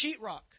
sheetrock